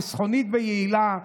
חסכונית ויעילה,